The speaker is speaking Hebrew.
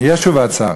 יש תשובת שר.